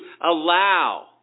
allow